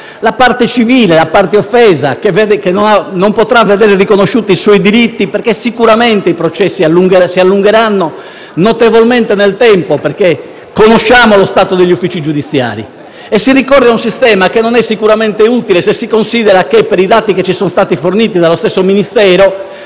La parte civile, la parte offesa, non potrà vedere riconosciuti i suoi diritti perché sicuramente i processi si allungheranno notevolmente nel tempo perché conosciamo lo stato degli uffici giudiziari. Si ricorre ad un sistema che non è sicuramente utile se si considera che, per i dati che ci sono stati forniti dallo stesso Ministero,